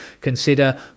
Consider